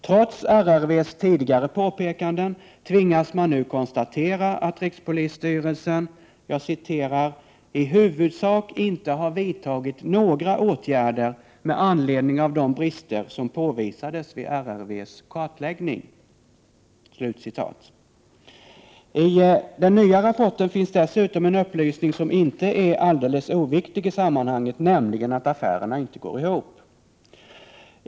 Trots RRV:s tidigare påpekanden tvingas man nu konstatera att rikspolisstyrelsen ”i huvudsak inte har vidtagit några åtgärder med anledning av de brister som påvisades vid RRV:s kartläggning.” I den nya rapporten finns dessutom en upplysning som inte är alldeles oviktig i sammanhanget, nämligen att affärerna inte går ihop.